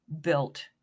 built